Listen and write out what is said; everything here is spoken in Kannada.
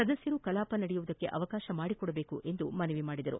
ಸದಸ್ಯರು ಕಲಾಪ ನಡೆಯುವುದಕ್ಕೆ ಅವಕಾಶ ಮಾಡಿಕೊಡಬೇಕೆಂದು ಮನವಿ ಮಾಡಿದರು